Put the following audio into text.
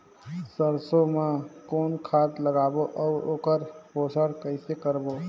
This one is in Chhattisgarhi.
सरसो मा कौन खाद लगाबो अउ ओकर पोषण कइसे करबो?